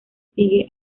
sigue